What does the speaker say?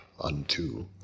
unto